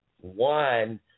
one